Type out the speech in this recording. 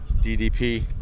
DDP